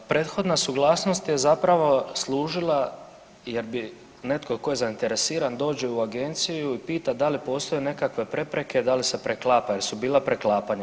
Prethodna suglasnost je zapravo služila jer bi netko tko je zainteresiran dođe u agenciju i pita da li postoje nekakve prepreke, da li se preklapa jel su bila preklapanja.